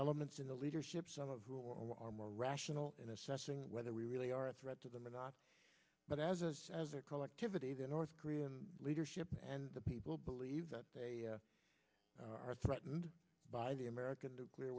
elements in the leadership some of which are more rational in assessing whether we really are a threat to them or not but as a as a collectivity the north korean leadership and the people believe that they are threatened by the american nuclear